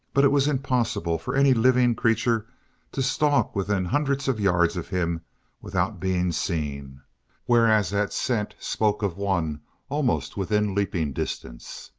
but it was impossible for any living creature to stalk within hundreds of yards of him without being seen whereas that scent spoke of one almost within leaping distance.